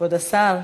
כבוד השר,